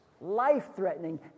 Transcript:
life-threatening